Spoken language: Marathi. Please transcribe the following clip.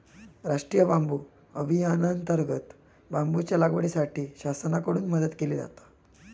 राष्टीय बांबू अभियानांतर्गत बांबूच्या लागवडीसाठी शासनाकडून मदत केली जाता